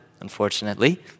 unfortunately